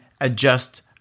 adjust